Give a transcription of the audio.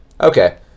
Okay